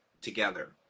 together